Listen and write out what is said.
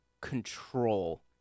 control